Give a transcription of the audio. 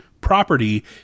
property